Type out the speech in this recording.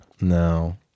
No